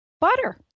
butter